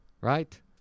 Right